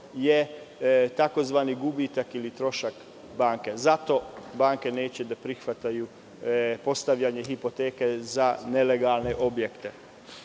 je tzv. gubitak ili trošak banke. Zato banke neće da prihvate postavljanje hipoteke za nelegalne objekte.U